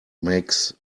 makes